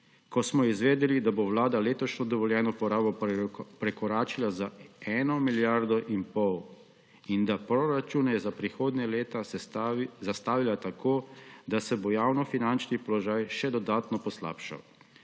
ko smo izvedeli, da bo Vlada letošnjo dovoljeno porabo prekoračila za eno milijardo in pol in da je proračune za prihodnja leta zastavila tako, da se bo javnofinančni položaj še dodatno poslabšal.